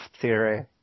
theory